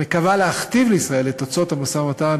המקווה להכתיב לישראל את תוצאות המשא-ומתן